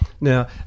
Now